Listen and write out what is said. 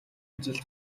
ажил